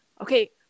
okay